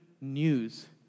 news